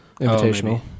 Invitational